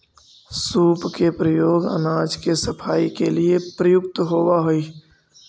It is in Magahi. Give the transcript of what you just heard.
सूप के प्रयोग अनाज के सफाई के लिए प्रयुक्त होवऽ हई